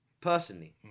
personally